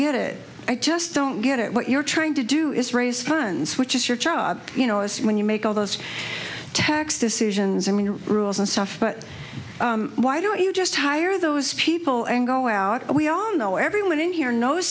get it i just don't get it what you're trying to do is raise funds which is your job you know this when you make all those tax decisions and when rules and stuff but why don't you just hire those people and go out we all know everyone in here knows